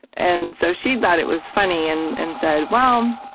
and so she thought it was funny, and and said, well, um